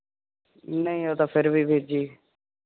ਨਹੀਂ ਉਹ ਤਾਂ ਫਿਰ ਵੀ ਵੀਰ ਜੀ